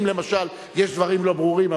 אם למשל יש דברים לא ברורים.